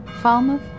Falmouth